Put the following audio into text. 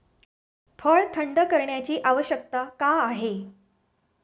फळ थंड करण्याची आवश्यकता का आहे?